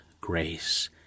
grace